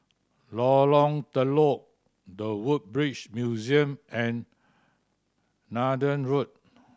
Lorong Telok The Woodbridge Museum and Neythai Road